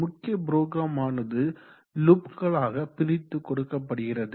முக்கிய புரோகிராம் ஆனது லூப்களாக பிரித்து கொடுக்கப்படுகிறது